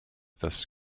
this